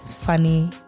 funny